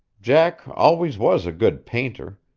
jack always was a good painter.